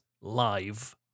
live